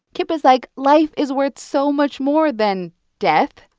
kip is like, life is worth so much more than death.